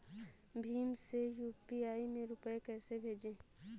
भीम से यू.पी.आई में रूपए कैसे भेजें?